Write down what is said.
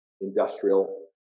industrial